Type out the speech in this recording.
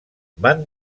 van